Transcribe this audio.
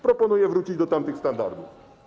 Proponuję wrócić do tamtych standardów.